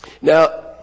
Now